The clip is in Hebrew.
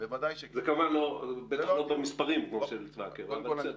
זה בטח לא במספרים כמו של צבא הקבע, אבל בסדר.